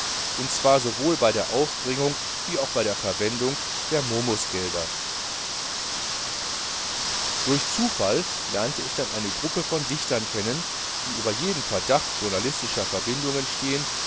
und zwar sowohl bei aufbringung wie bei verwendung der momusgelder durch zufall lernte ich dann eine gruppe von dichtern kennen die über jedem verdachte journalistischer verbindungen stehen